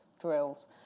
drills